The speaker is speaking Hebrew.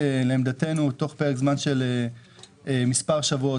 לעמדתנו בתוך פרק זמן של מספר שבועות